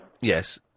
yes